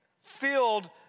filled